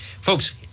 folks